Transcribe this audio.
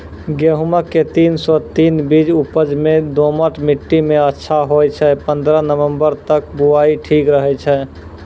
गेहूँम के तीन सौ तीन बीज उपज मे दोमट मिट्टी मे अच्छा होय छै, पन्द्रह नवंबर तक बुआई ठीक रहै छै